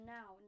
Now